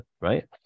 right